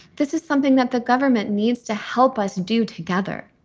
this is something that the government needs to help us do together